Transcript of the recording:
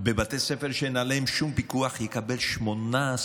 בבתי ספר שאין עליהם שום פיקוח, יקבל 18,600,